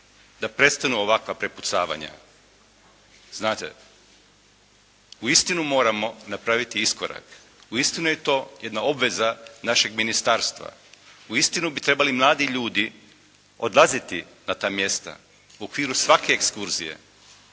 da prestanu ovakva prepucavanja. Znate? Uistinu moramo napraviti iskorak, uistinu je to jedna obveza našeg ministarstva, uistinu bi trebali mladi ljudi odlaziti na ta mjesta u okviru svake ekskurzije.